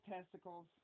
testicles